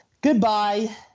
Goodbye